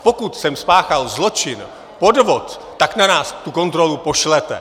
Pokud jsem spáchal zločin, podvod, tak na nás tu kontrolu pošlete!